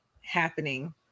happening